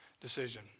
decision